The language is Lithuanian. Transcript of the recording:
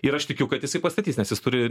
ir aš tikiu kad jisai pastatys nes jis turi